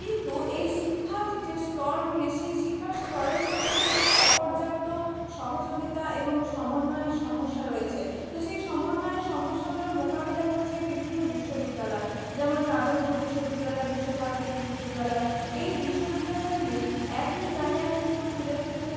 কিন্তু এই শিক্ষার যে স্তরগুলি সেই শিক্ষার স্তরের মধ্যে কিন্তু অপর্যাপ্ত সহযোগিতা এবং সমন্বয়ের সমস্যা রয়েছে তো সেই সমন্বয়ের সমস্যাগুলোর মোকাবিলা করছে বিভিন্ন বিশ্ববিদ্যালয় যেমন যাদবপুর বিশ্ববিদ্যালয় বিশ্বভারতী বিশ্ববিদ্যালয় এই বিশ্ববিদ্যালয়গুলি একই জায়গায় কিন্তু খুলে দিচ্ছে